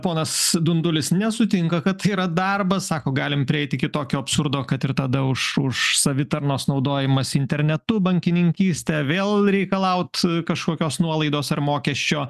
ponas dundulis nesutinka kad yra darbas sako galim prieiti iki tokio absurdo kad ir tada už už savitarnos naudojimąsi internetu bankininkystę vėl reikalaut kažkokios nuolaidos ar mokesčio